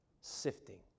sifting